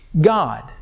God